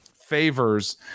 favors